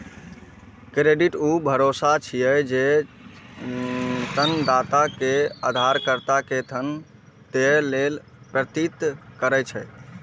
credit ऊ भरोसा छियै, जे ऋणदाता कें उधारकर्ता कें ऋण देबय लेल प्रेरित करै छै